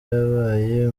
yabaye